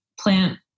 plant